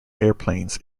airplanes